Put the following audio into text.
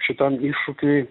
šitam iššūkiui